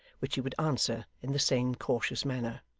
which he would answer in the same cautious manner.